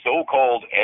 so-called